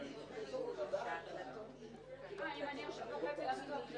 הוא אחראי על זה